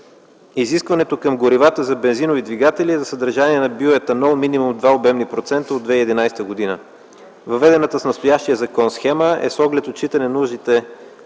Изискването към горивата за бензинови двигатели е за съдържание на биоетанол минимум 2 обемни процента от 2011 г. Въведената с настоящия закон схема е с оглед отчитане нуждите